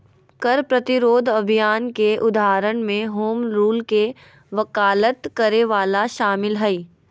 कर प्रतिरोध अभियान के उदाहरण में होम रूल के वकालत करे वला शामिल हइ